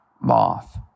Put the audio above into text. Moth